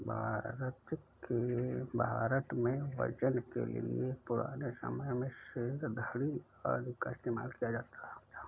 भारत में वजन के लिए पुराने समय के सेर, धडी़ आदि का इस्तेमाल किया जाता था